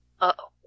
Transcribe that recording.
Uh-oh